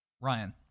Ryan